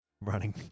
running